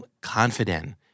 confident